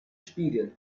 spiegel